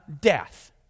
death